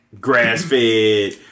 Grass-fed